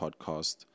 podcast